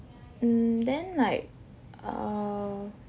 mm then like err